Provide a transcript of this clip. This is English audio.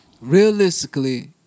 Realistically